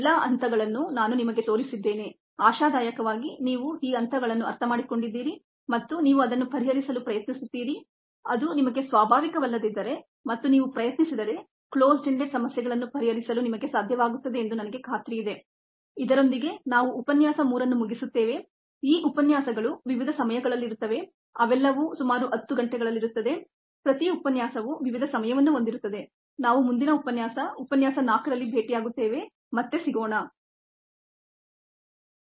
English word Word Meaning Basic principle basic principle ಮೂಲ ತತ್ವ Decimal reduction rate decimal reduction rate ದಶಮಾಂಶ ಕಡಿತ ದರ Decimal reduction time decimal reduction time ದಶಮಾಂಶ ಕಡಿತ ಸಮಯ Decrease in concentration decrease in concentration ಸಾಂದ್ರತೆಯ ಇಳಿಕೆಯ ಪ್ರಮಾಣ Derive ಡಿರೈವ್ ವ್ಯುತ್ಪತ್ತಿ Equation ಈಕ್ವಾಶನ್ ಸಮೀಕರಣ Factor ಫ್ಯಾಕ್ಟರ್ ಅಪವರ್ತನ First order relationship first order relationship ಮೊದಲ ಶ್ರೇಣಿಯ ಸಂಬಂಧ Inverse ಇನ್ವೆರ್ಸ್ ವಿಲೋಮ linear ಲೀನಿಯರ್ ರೇಖೀಯ single cell suspension single cell suspension ಏಕ ಜೀವಕೋಶ ನಿಲಂಬನ Sterilization ಸ್ಟೆರಿಲೈಝಷನ್ ಕ್ರಿಮಿಶುದ್ಧೀಕರಣ Viable cell concentration viable cell concentration ಬದುಕಬಲ್ಲ ಜೀವಕೋಶ ಸಾಂದ್ರತೆ